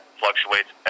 fluctuates